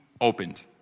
opened